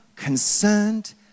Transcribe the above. concerned